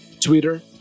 Twitter